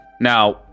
Now